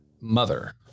mother